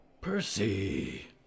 Percy